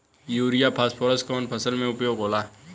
Urea phosphorus कवना फ़सल में उपयोग होला?